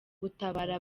gutabara